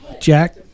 Jack